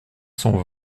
cent